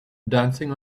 dancing